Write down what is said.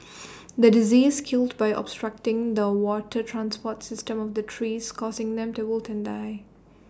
the disease killed by obstructing the water transport system of the trees causing them to wilt and die